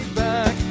back